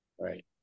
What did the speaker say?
right